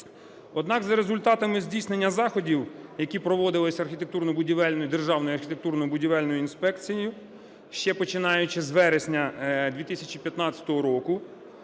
Однак за результатами здійснення заходів, які проводились Державною архітектурно-будівельною інспекцією, ще починаючи з вересня 2015 року,